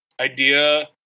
idea